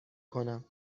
کنم